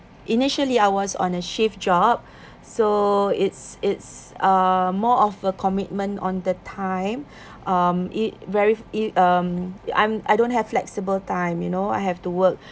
initially I was on a shift job so it's it's uh more of a commitment on the time um it very it um I'm I don't have flexible time you know I have to work